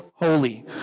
holy